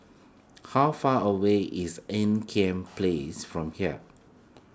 how far away is Ean Kiam Place from here